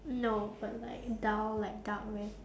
no but like dull like dark red